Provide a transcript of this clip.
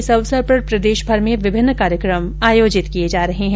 इस अवसर पर प्रदेशभर में विभिन्न कार्यकम आयोजित किये जा रहे है